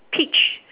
peach